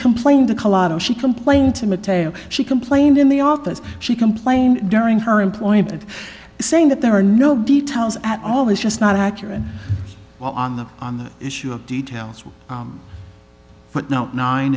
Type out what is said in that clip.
complained she complained to material she complained in the office she complained during her employment saying that there are no details at all is just not accurate while on the on the issue of details but not nine